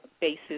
basis